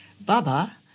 Baba